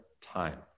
time